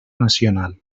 nacional